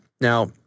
Now